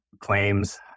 claims